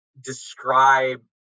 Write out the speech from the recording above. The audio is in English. describe